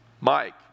Mike